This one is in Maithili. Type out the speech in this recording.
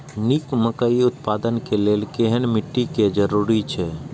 निक मकई उत्पादन के लेल केहेन मिट्टी के जरूरी छे?